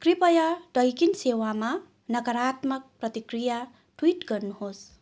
कृपया डाइकिन सेवामा नकारात्मक प्रतिक्रिया ट्विट गर्नुहोस्